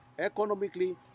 Economically